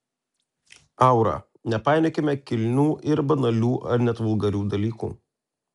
aura nepainiokime kilnių ir banalių ar net vulgarių dalykų